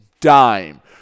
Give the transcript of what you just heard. dime